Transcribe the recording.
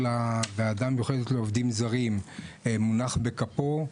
הוועדה המיוחדת לעובדים זרים מונח בכפו,